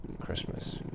Christmas